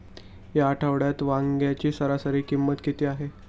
या आठवड्यात वांग्याची सरासरी किंमत किती आहे?